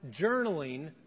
journaling